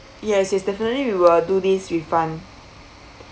yes yes definitely we will do this refund